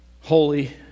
holy